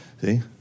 See